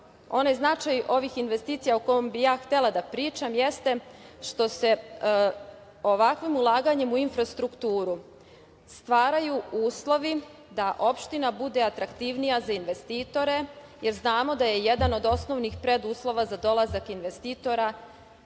a značaj ovih investicija o kojima bih ja htela da pričam jeste što se ovakvim ulaganjem u infrastrukturu stvaraju uslovi da opština bude atraktivnija za investitore, jer znamo da je jedan od osnovnih preduslova za dolazak investitora